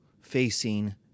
facing